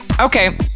Okay